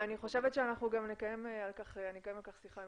--- אני חושבת שאני גם אקיים על כך שיחה עם